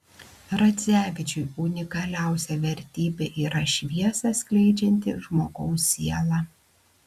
radzevičiui unikaliausia vertybė yra šviesą skleidžianti žmogaus siela